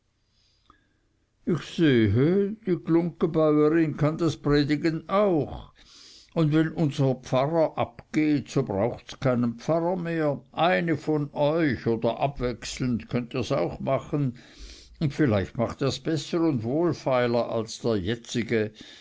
ich sehe die glunggebäuerin kann das predigen auch und wenn unser pfarrer abgeht so brauchts keinen pfarrer mehr eine von euch oder abwechselnd könnt ihrs auch machen und vielleicht macht ihrs besser und wohlfeiler als der jetzige